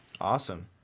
Awesome